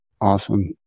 Awesome